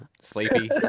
Sleepy